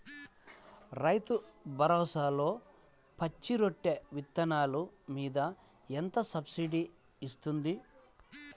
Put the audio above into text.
రైతు భరోసాలో పచ్చి రొట్టె విత్తనాలు మీద ఎంత సబ్సిడీ ఇస్తుంది?